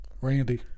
Randy